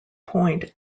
point